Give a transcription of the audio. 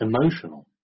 emotional